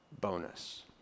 bonus